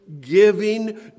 giving